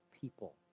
people